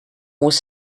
was